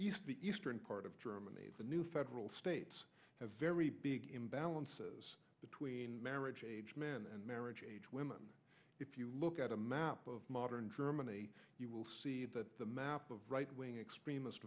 e eastern part of germany the new federal states have very big imbalances between marriage age men and marriage age women if you look at a map of modern germany you will see that the map of right wing extremist